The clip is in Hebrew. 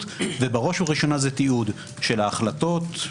ובראש ובראשונה זה תיעוד - של ההחלטות,